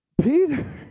Peter